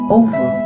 over